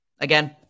again